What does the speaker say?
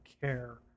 care